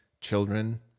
children